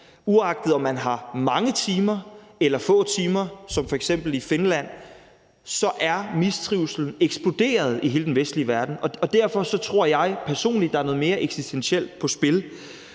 uanset om man har mange timer eller få timer som f.eks. i Finland, så er mistrivslen eksploderet i hele den vestlige verden. Og derfor tror jeg personligt, der er noget mere eksistentielt på spil,